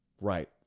Right